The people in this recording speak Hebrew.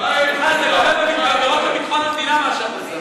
את עוברת עבירות של ביטחון המדינה, מה שאת עושה.